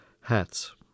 Hats